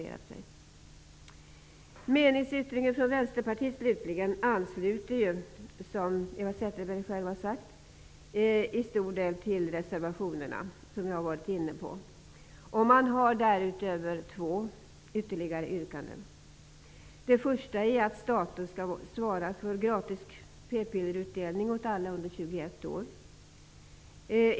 När det slutligen är fråga om meningsyttringen från Vänsterpartiet ansluter den, som Eva Zetterberg själv har sagt, i stor del till de reservationer som jag har nämnt. Man har därutöver två ytterligare yrkanden. Det första är att staten skall svara för gratis p-pillerutdelning åt alla under 21 år.